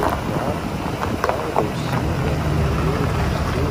ir dar ir dar gausybę bjaurių vaizdų